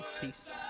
Peace